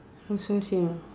also same ah K